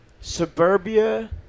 suburbia